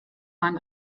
bahn